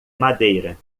madeira